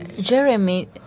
Jeremy